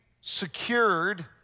secured